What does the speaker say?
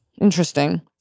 Interesting